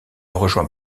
rejoint